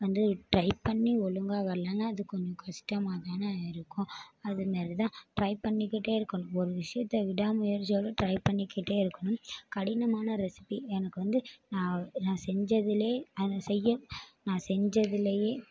வந்து ட்ரை பண்ணி ஒழுங்காக வரலனா அது கொஞ்சம் கஷ்டமாக தானே இருக்கும் அது மாரிதான் ட்ரை பண்ணிக்கிட்டே இருக்கணும் ஒரு விசயத்தை விடாமுயற்சியோடு ட்ரை பண்ணிக்கிட்டே இருக்கணும் கடிமனான ரெசிபி எனக்கு வந்து நான் நான் செஞ்சதில் அது நான் செய்ய நான் செஞ்சதிலியே